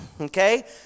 Okay